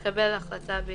לקבל החלטה בעניין."